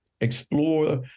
explore